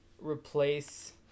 replace